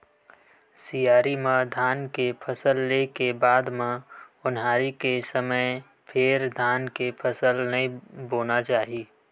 सियारी म धान के फसल ले के बाद म ओन्हारी के समे फेर धान के फसल नइ बोना चाही